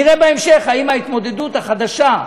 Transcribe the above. נראה בהמשך אם ההתמודדות החדשה,